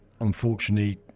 Unfortunately